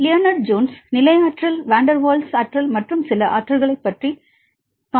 Leonard Jones நிலை ஆற்றல் van der Waals ஆற்றல் மற்றும் சில ஆற்றல் பற்றி காண்போம்